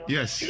Yes